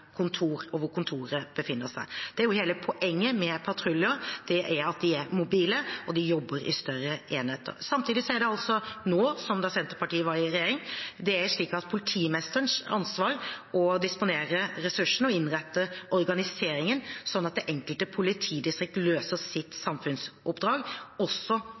kontoret befinner seg. Det er jo hele poenget med patruljer, at de er mobile, og at de jobber i større enheter. Samtidig er det altså nå, som da Senterpartiet var regjering, slik at det er politimestrenes ansvar å disponere ressursene og innrette organiseringen slik at det enkelte politidistrikt løser sitt samfunnsoppdrag, også